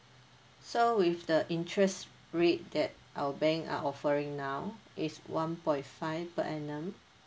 so with the interest rate that our bank are offering now is one point five per annum